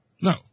No